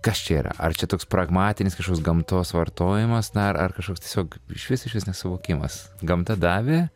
kas čia yra ar čia toks pragmatinis kažkoks gamtos vartojimas na ar kažkoks tiesiog išvis išvis nesuvokimas gamta davė